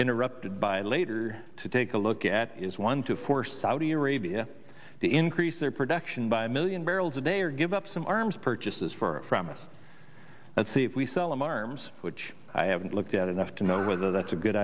interrupted by later to take a look at is one to force saudi arabia to increase their production by a million barrels a day or give up some arms purchases for from us and see if we sell arms which i haven't looked at enough to know whether that's a good